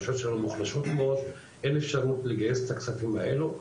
הרשויות שלנו מוחלשות מאוד ואין אפשרות לגייס את הכספים האלו,